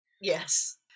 Yes